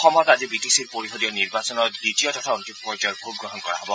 অসমত আজি B T C পৰিষদীয় নিৰ্বাচনৰ দ্বিতীয় তথা অন্তিম পৰ্যায়ৰ ভোটগ্ৰহণ কৰা হ'ব